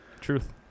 Truth